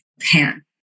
pan